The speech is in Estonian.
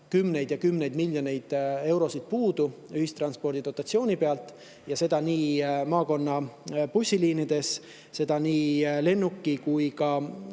kümneid ja kümneid miljoneid eurosid ühistranspordi dotatsiooni pealt ja seda nii maakonnabussiliinidel kui ka lennu‑ ja